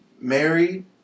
married